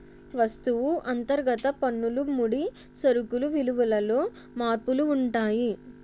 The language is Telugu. వస్తువు అంతర్గత పన్నులు ముడి సరుకులు విలువలలో మార్పులు ఉంటాయి